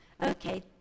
Okay